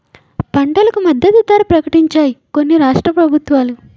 పంటలకు మద్దతు ధర ప్రకటించాయి కొన్ని రాష్ట్ర ప్రభుత్వాలు